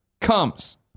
comes